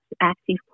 active